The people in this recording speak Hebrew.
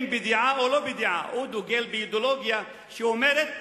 אם בידיעה ואם לא בידיעה, באידיאולוגיה שאומרת: